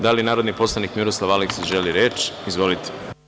Da li narodni poslanik Miroslav Aleksić želi reč? (Da.) Izvolite.